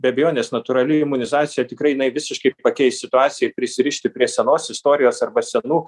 be abejonės natūrali imunizacija tikrai jinai visiškai pakeis situaciją prisirišti prie senos istorijos arba senų